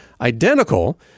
identical